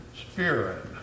spirit